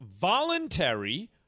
voluntary